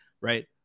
right